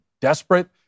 desperate